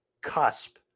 cusp